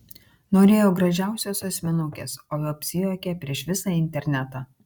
norėjo gražiausios asmenukės o apsijuokė prieš visą internetą